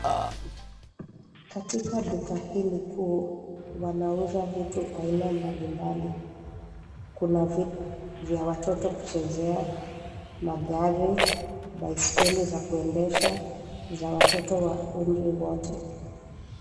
Katika duka hili kuu wanauza vitu aina mbalimbali. Kuna vitu vya watoto kuchezea, magari, baiskeli za kuendesha za watoto wa umri wote.